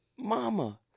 mama